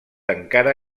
encara